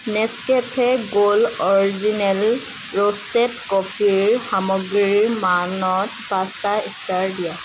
Nescafe gold original roasted কফিৰ সামগ্ৰীৰ মানত পাঁচটা ষ্টাৰ দিয়া